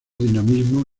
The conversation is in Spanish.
dinamismo